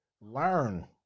Learn